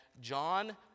John